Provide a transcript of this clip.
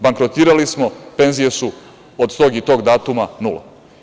Bankrotirali smo, penzije su od tog i tog datuma nula.